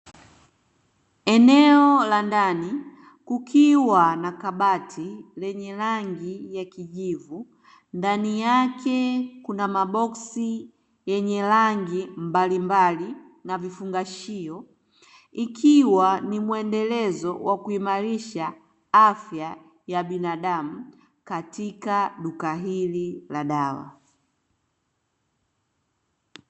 Eneo la ndani, kukiwa na kabati lenye rangi ya kijivu. Ndani yake kuna maboksi yenye rangi mbalimbali na vifungashio. Ikiwa ni muendelezo wa kuimarisha afya ya binadamu katika duka hili la dawa.